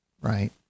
right